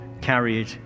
carried